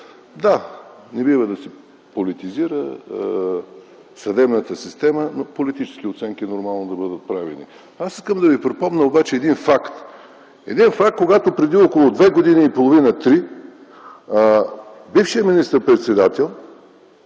да, не бива да се политизира съдебната система, но политически оценки е нормално да бъдат отправени. Ще Ви припомня един факт, когато преди около две години и половина три, бившият министър-председател